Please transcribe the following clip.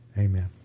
Amen